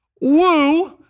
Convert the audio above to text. Woo